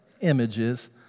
images